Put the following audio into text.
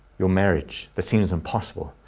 your marriage, that seems impossible,